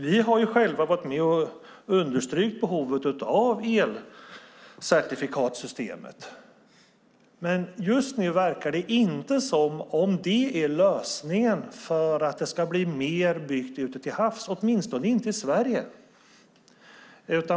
Vi har själva varit med och understrukit behovet av elcertifikatssystemet, men just nu verkar det inte som om det är lösningen för att det ska bli mer byggt ute till havs, åtminstone inte i Sverige.